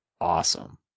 awesome